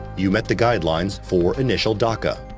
you met the guidelines for initial daca.